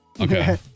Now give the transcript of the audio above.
Okay